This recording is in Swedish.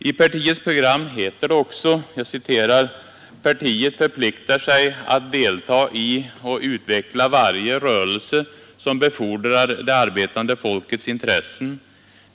I partiets program heter det också: ”Partiet förpliktar sig att delta i och utveckla varje rörelse, som befordrar det arbetande folkets intressen.